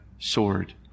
sword